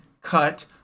cut